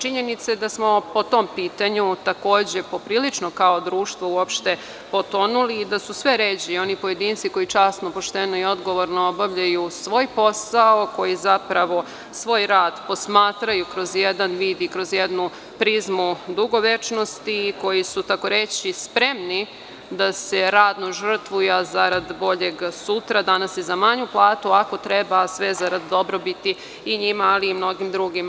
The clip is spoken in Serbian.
Činjenica da smo po tom pitanju takođe poprilično kao društvo potonuli i da su sve ređi oni pojedinci koji časno, pošteno i odgovorno obavljaju svoj posao, koji zapravo svoj rad posmatraju kroz jedan vid i kroz jednu prizmu dugovečnosti i koji su tako reći spremni da se radno žrtvuju, a zarad boljeg sutra, danas se za manju platu ako treba, a sve zarad dobrobiti i njima, ali i mnogim drugima.